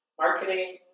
marketing